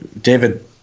David